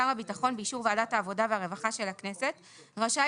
שר הביטחון באישור ועדת העבודה והרווחה של הכנסת רשאי